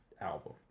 album